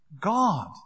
God